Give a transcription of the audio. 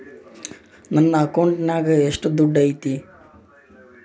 ನನ್ನ ಅಕೌಂಟಿನಾಗ ಎಷ್ಟು ದುಡ್ಡು ಐತಿ?